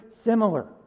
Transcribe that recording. similar